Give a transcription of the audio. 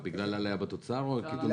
בגלל העלייה בתוצר או קיטון בחוב?